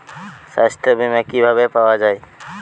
সাস্থ্য বিমা কি ভাবে পাওয়া যায়?